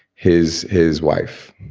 his his wife